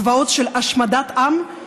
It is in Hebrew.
זוועות של השמדת עם,